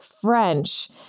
French